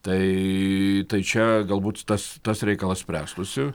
tai čia galbūt tas tas reikalas spręstųsi